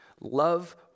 Love